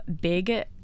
big